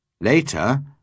Later